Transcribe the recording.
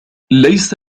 ليس